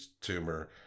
tumor